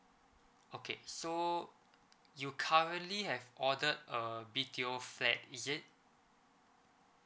okay so you currently have ordered a B_T_O flat is it